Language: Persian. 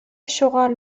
شغال